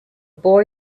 boy